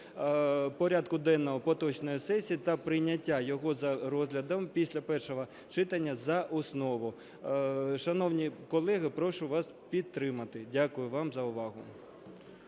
порядку денного поточної сесії та прийняття його за розглядом після першого читання за основу. Шановні колеги, прошу вас підтримати. Дякую вам за увагу.